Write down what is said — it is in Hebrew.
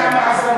יפה.